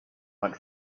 went